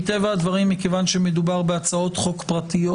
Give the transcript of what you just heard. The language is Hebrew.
מטבע הדברים מכיוון שמדובר בהצעות חוק פרטיות